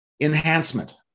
Enhancement